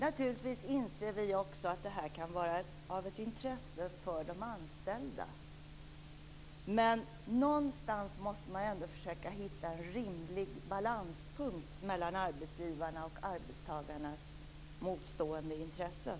Naturligtvis inser även vi att detta kan vara av intresse för de anställda. Men någonstans måste man ändå hitta en rimlig balanspunkt mellan arbetsgivarnas och arbetstagarnas motstående intressen.